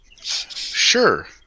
Sure